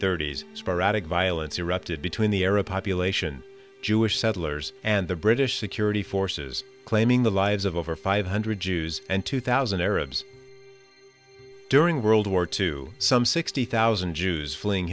thirty s sporadic violence erupted between the arab population jewish settlers and the british security forces claiming the lives of over five hundred jews and two thousand arabs during world war two some sixty thousand jews fling